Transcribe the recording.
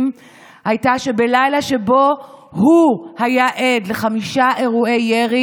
הייתה שבלילה שבו הוא היה עד לחמישה אירועי ירי,